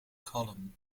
column